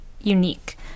unique